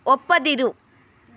ಒಪ್ಪದಿರು